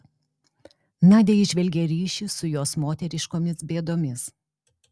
nadia įžvelgė ryšį su jos moteriškomis bėdomis